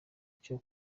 cyo